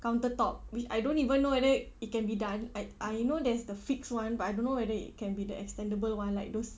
counter top which I don't even know whether it can be done I I know there's the fixed one but I don't know whether it can be the extendable one like those